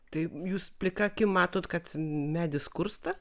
tai jūs plika akim matot kad medis skursta